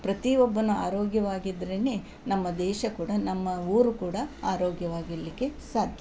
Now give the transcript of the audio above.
ಪ್ರತಿಯೊಬ್ಬನು ಆರೋಗ್ಯವಾಗಿದ್ದರೇನೆ ನಮ್ಮ ದೇಶ ಕೂಡ ನಮ್ಮ ಊರು ಕೂಡ ಆರೋಗ್ಯವಾಗಿರಲಿಕ್ಕೆ ಸಾಧ್ಯ